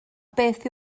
beth